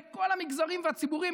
מכל המגזרים והציבורים,